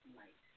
light